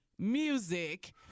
Music